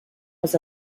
was